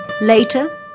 Later